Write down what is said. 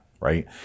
right